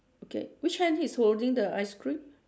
okay which hand he's holding the ice cream